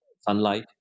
sunlight